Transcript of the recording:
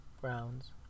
Browns